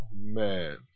Man